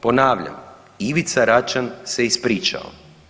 Ponavljam, Ivica Račan se ispričao.